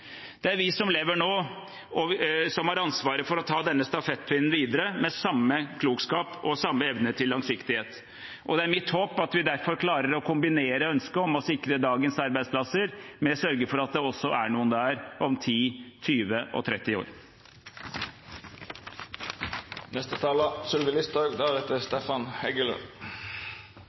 Det er vi som lever nå, som har ansvaret for å ta denne stafettpinnen videre med samme klokskap og samme evne til langsiktighet, og det er mitt håp at vi derfor klarer å kombinere ønsket om å sikre dagens arbeidsplasser, med å sørge for at det også er noen der om 10, 20 og 30 år.